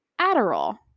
Adderall